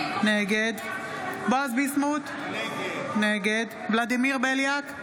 נגד בועז ביסמוט, נגד ולדימיר בליאק,